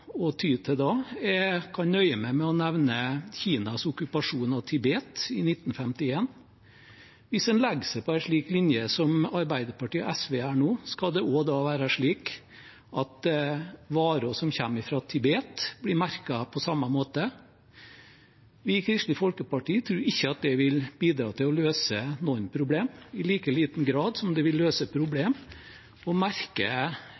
å ty til da. Jeg kan nøye meg med å nevne Kinas okkupasjon av Tibet i 1951. Hvis en legger seg på en slik linje som Arbeiderpartiet og SV gjør nå, skal det også være slik at varer som kommer fra Tibet, blir merket på samme måte? Vi i Kristelig Folkeparti tror ikke at det vil bidra til å løse noen problemer, i like liten grad som det vil løse et problem å merke